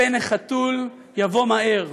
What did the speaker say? פן החתול יבוא מהר.